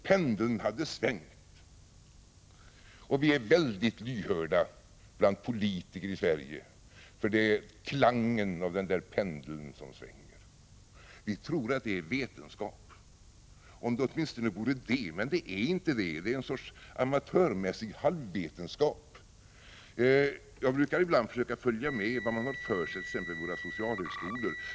Pendeln hade svängt, och vi är bland politiker i Sverige väldigt lyhörda för klangen av pendeln som svänger. Vi tror att det är fråga om vetenskap. Ja, om det åtminstone vore det, men så förhåller det sig inte, utan det är en sorts amatörmässig halvvetenskap. Jag försöker ibland följa med vad man har för sig t.ex. vid våra socialhögskolor.